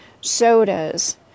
sodas